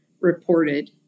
reported